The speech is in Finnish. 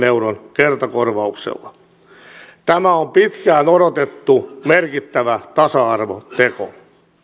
euron kertakorvauksella tämä on pitkään odotettu merkittävä tasa arvoteko